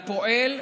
לפועל,